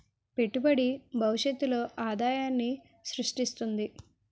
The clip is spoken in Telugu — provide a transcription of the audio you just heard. పెట్టుబడి భవిష్యత్తులో ఆదాయాన్ని స్రృష్టిస్తుంది